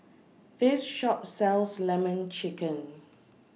This Shop sells Lemon Chicken